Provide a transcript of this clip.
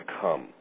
come